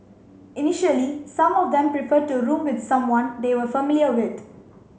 initially some of them preferred to room with someone they were familiar with